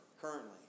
currently